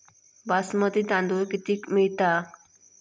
बासमती तांदूळ कितीक मिळता?